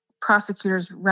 prosecutor's